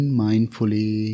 mindfully